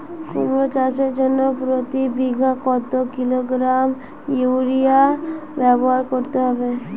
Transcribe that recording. কুমড়ো চাষের জন্য প্রতি বিঘা কত কিলোগ্রাম ইউরিয়া ব্যবহার করতে হবে?